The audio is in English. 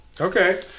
Okay